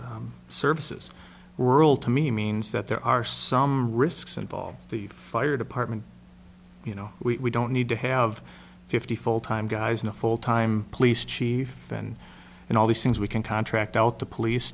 services rural to me means that there are some risks involved the fire department you know we don't need to have fifty full time guys in a full time police chief and and all these things we can contract out to police